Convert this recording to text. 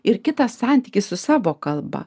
ir kitas santykis su savo kalba